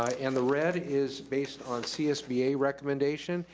ah and the red is based on csba recommendation,